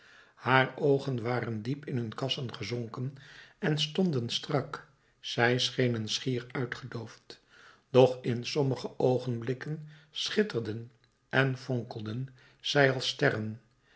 haar oogen waren diep in hun kassen gezonken en stonden strak zij schenen schier uitgedoofd doch in sommige oogenblikken schitterden en fonkelden zij als